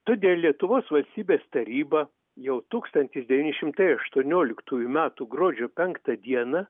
todėl lietuvos valstybės taryba jau tūkstantis devyni šimtai aštuonioliktųjų metų gruodžio penktą dieną